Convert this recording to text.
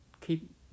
keep